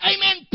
Amen